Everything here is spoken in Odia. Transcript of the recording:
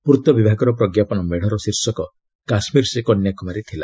ପୂର୍ଭବିଭାଗର ପ୍ରଙ୍କାପନ ମେଡ଼ର ଶୀର୍ଷକ 'କାଶ୍ମୀର୍ ସେ କନ୍ୟାକୁମାରୀ' ଥିଲା